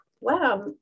wow